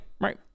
right